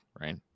right